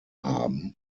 haben